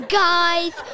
guys